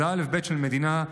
זה א"ב של מדינה,